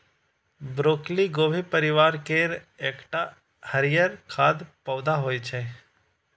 broccoli गोभी परिवार केर एकटा हरियर खाद्य पौधा होइ छै